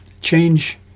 change